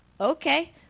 okay